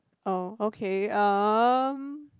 oh okay um